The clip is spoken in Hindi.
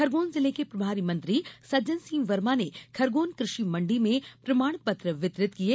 खरगोन जिले के प्रभारी मंत्री सज्जन सिंह वर्मा ने खरगोन कृषि मंडी में प्रमाण पत्र वितरित किये